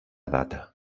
data